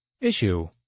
Issue